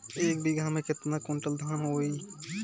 एक बीगहा में केतना कुंटल धान होई?